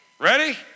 Ready